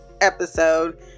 episode